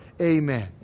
Amen